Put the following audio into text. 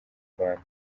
rwanda